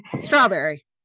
Strawberry